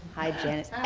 hi janice. hi.